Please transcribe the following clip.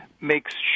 makes